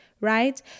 right